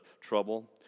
trouble